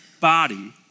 body